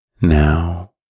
Now